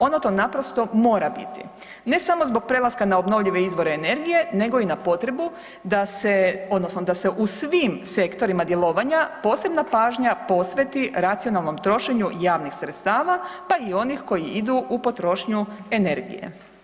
Ono to naprosto mora biti ne samo zbog prelaska na obnovljive izvore energije, nego i na potrebu da se odnosno da se u svim sektorima djelovanja posebna pažnja posveti racionalnom trošenju javnih sredstava, pa i onih koji idu u potrošnju energije.